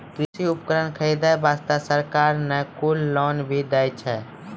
कृषि उपकरण खरीदै वास्तॅ सरकार न कुल लोन भी दै छै